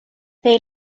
they